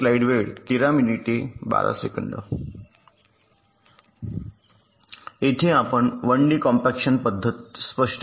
येथे आपण 1 D compaction पद्धत स्पष्ट करतो